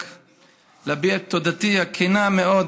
אני מבקש להביע את תודתי הכנה מאוד,